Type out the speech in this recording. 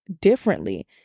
differently